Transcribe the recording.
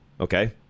Okay